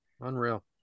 Unreal